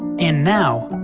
and now,